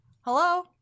Hello